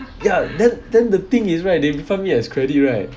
ya then then the thing is right they refund me as credit right